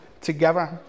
together